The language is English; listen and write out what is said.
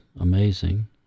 amazing